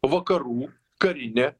vakarų karinė